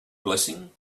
blessing